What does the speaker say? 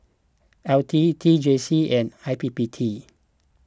L T T J C and I P P T